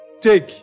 take